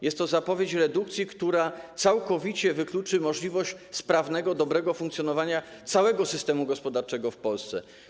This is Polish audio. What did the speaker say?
Jest to zapowiedź redukcji, która całkowicie wykluczy możliwość sprawnego, dobrego funkcjonowania całego systemu gospodarczego w Polsce.